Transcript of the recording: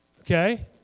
Okay